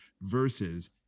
versus